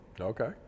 Okay